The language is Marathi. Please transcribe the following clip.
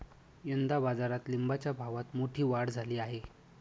यंदा बाजारात लिंबाच्या भावात मोठी वाढ झाली आहे